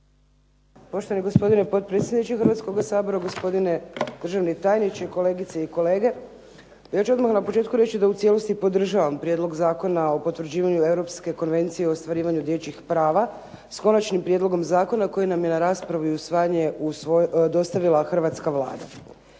Poštovani gospodine potpredsjedniče Hrvatskoga sabora, gospodine državni tajniče, kolegice i kolege. Ja ću odmah na početku reći da u cijelosti podržavam Prijedlog Zakona o potvrđivanju Europske konvencije o ostvarivanju dječjih prava s Konačnim prijedlogom zakona koji nam je na raspravu i usvajanje dostavila hrvatska Vlada.